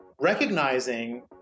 recognizing